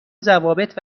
ضوابط